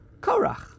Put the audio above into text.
Korach